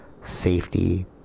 safety